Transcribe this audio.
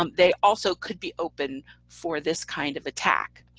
um they also could be open for this kind of attack.